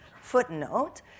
footnote